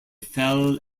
fell